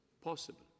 possible